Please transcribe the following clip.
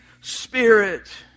Spirit